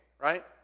right